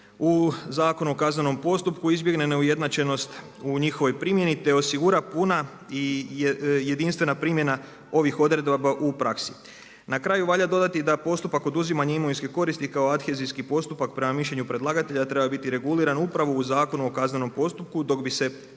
u Zakonu o kaznenom postupku izbjegne neujednačenost u njihovoj primjeni te osigura puna i jedinstvena primjena ovih odredaba u praksi. Na kraju valja dodati i da postupak oduzimanja imovinske koristi kao adthezijski postupak prema mišljenju predlagatelja treba biti reguliran upravo u Zakonu o kaznenom postupku dok bi se